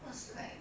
of course like